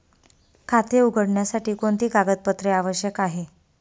खाते उघडण्यासाठी कोणती कागदपत्रे आवश्यक आहे?